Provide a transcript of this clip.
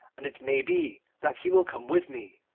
and it may be that he will come with me